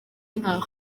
nka